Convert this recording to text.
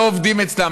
לא עובדים אצלם,